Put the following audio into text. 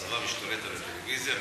הצבא משתלט על הטלוויזיה,